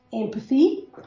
empathy